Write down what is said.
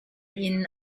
inn